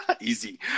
Easy